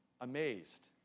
amazed